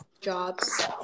jobs